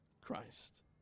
Christ